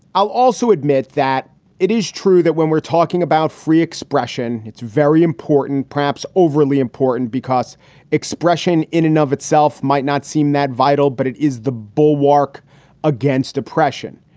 i'll also admit that it is true that when we're talking about free expression, it's very important, perhaps overly important, because expression in and of itself might not seem that vital, but it is the bulwark against oppression.